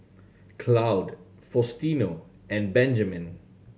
Claude Faustino and Benjamen